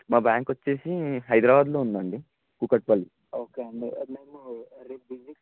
మా బ్యాంక్ వచ్చిహైదరాబాదులో ఉందండి కూకట్పల్లి ఓకే అండి మేము రేపు విసిట్